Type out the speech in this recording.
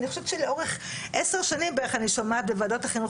אני חושבת שלאורך עשר שנים אני שומעת בוועדות החינוך